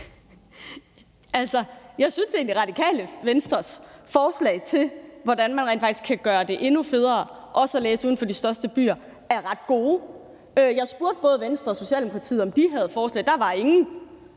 (RV): Jeg synes egentlig, Radikale Venstres forslag til, hvordan man rent faktisk kan gøre det endnu federe at læse uden for de største byer, er ret gode. Jeg spurgte både Venstre og Socialdemokratiet, om de havde forslag. Der var ingen